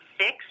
six